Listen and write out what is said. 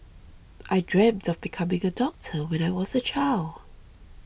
I dreamt of becoming a doctor when I was a child